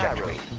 yeah really